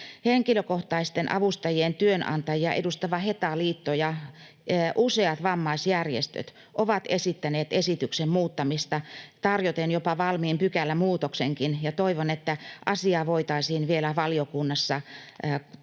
Henkilökohtaisten avustajien työnantajia edustava Heta-liitto ja useat vammaisjärjestöt ovat esittäneet esityksen muuttamista tarjoten jopa valmiin pykälämuutoksen, ja toivon, että asiaa voitaisiin vielä valiokunnassa tarkastella